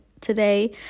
today